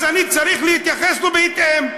אז אני צריך להתייחס אליו בהתאם.